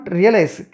realize